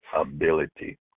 ability